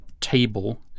table